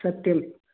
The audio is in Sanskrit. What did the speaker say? सत्यम्